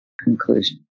conclusion